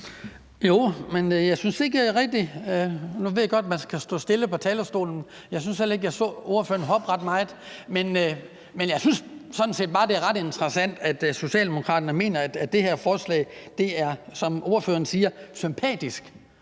Jeg synes sådan set bare, det er ret interessant, at Socialdemokraterne mener, at det her forslag, som ordføreren siger, er sympatisk,